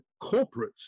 corporates